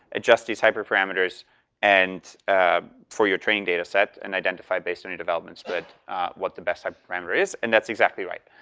adjust these hyperparameters and for your trained data set and identify, based on your developments, but what the best type of parameter is, and that's exactly right.